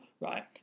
right